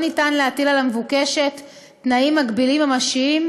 לא ניתן להטיל על המבוקשת תנאים מגבילים ממשיים,